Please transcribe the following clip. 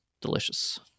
delicious